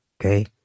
Okay